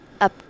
up